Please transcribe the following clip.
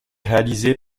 réalisé